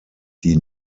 die